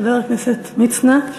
חבר הכנסת עמרם מצנע,